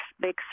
big